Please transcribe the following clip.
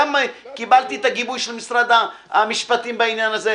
גם קיבלתי את גיבוי משרד המשפטים בעניין הזה.